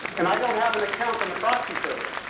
and i don't have an account on the proxy server.